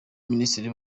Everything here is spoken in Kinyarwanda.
minisitiri